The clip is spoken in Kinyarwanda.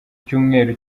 cyumweru